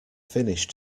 finish